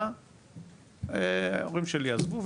ואחרי שנה ההורים שלי עזבו,